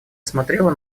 смотрела